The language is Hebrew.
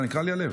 נקרע לי הלב.